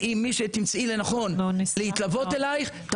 יחד עם מי שתמצאי לנכון להתלוות אליך,